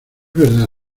verdad